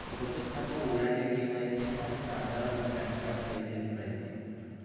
बचत खातं उघडाले के.वाय.सी साठी आधार अन पॅन कार्ड पाइजेन रायते